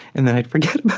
and then i'd forget